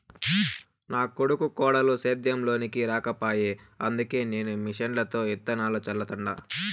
నా కొడుకు కోడలు సేద్యం లోనికి రాకపాయె అందుకే నేను మిషన్లతో ఇత్తనాలు చల్లతండ